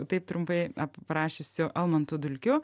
taip trumpai aprašiusiu almantu dulkiu